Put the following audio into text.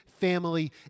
family